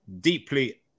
deeply